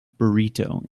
burrito